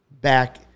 back